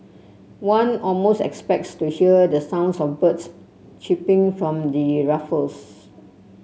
one almost expects to hear the sounds of birds chirping from the rafters